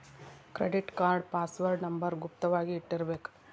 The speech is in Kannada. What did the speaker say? ಕ್ರೆಡಿಟ್ ಕಾರ್ಡ್ ಪಾಸ್ವರ್ಡ್ ನಂಬರ್ ಗುಪ್ತ ವಾಗಿ ಇಟ್ಟಿರ್ಬೇಕ